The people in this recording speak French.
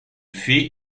fit